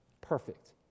perfect